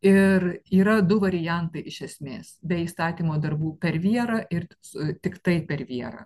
ir yra du variantai iš esmės be įstatymo darbų per vierą ir su tiktai per vierą